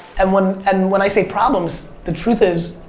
and, when and when i say problems, the truth is,